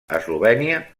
eslovènia